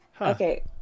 Okay